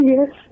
Yes